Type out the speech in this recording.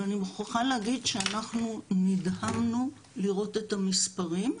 ואני מוכרחה להגיד שאנחנו נדהמנו לראות את המספרים.